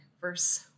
verse